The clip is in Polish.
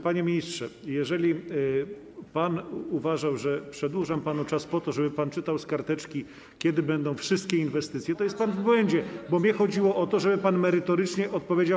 Panie ministrze, jeżeli pan uważał, że przedłużam panu czas po to, żeby pan czytał z karteczki o tym, kiedy będą wszystkie inwestycje, to jest pan w błędzie, bo mnie chodziło o to, żeby pan merytorycznie odpowiedział.